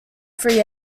free